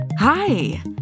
Hi